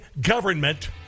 government